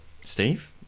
Steve